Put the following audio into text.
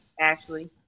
Ashley